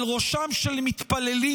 על ראשם של מתפללים